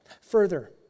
Further